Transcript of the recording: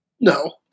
No